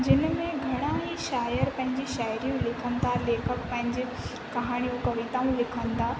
जिन में घणा ई शायर पंहिंजूं शायरियूं लिखनि था लेखक पंहिंजे कहाणियूं कविताऊं लिखनि था